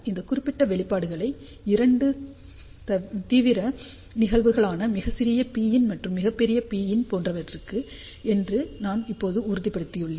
இந்தக் குறிப்பிட்ட வெளிப்பாடுகளை இரண்டு தீவிர நிகழ்வுகளான மிகச் சிறிய Pin மற்றும் மிகப்பெரிய Pin போன்றவைக்கு என்று நான் இப்போது உறுதிப்படுத்தியுள்ளேன்